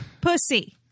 pussy